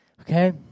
Okay